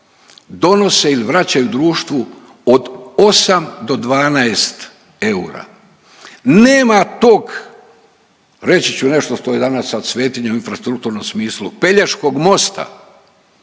donose ili vraćaju društvu od 8 do 12 eura. Nema tog reći ću nešto što je danas sad svetinja u infrastrukturnom smislu Pelješkog mosta,